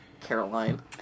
Caroline